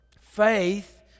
faith